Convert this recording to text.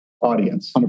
audience